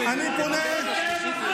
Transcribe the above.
לי בקריאה שנייה.